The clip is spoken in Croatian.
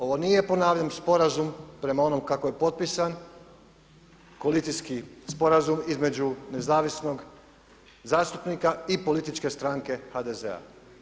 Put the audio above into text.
Ovo nije ponavljam sporazum prema onom kako je potpisan, koalicijski sporazum između nezavisnog zastupnika i političke stranke HDZ-a.